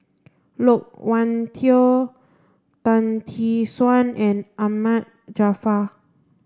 Loke Wan Tho Tan Tee Suan and Ahmad Jaafar